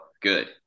good